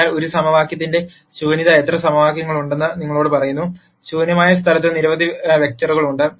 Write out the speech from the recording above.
അതിനാൽ ഒരു സമവാക്യത്തിന്റെ ശൂന്യത എത്ര സമവാക്യങ്ങളുണ്ടെന്ന് നിങ്ങളോട് പറയുന്നു ശൂന്യമായ സ്ഥലത്ത് നിരവധി വെക്റ്ററുകൾ ഉണ്ട്